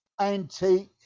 antique